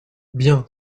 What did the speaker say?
bien